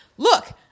Look